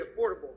affordable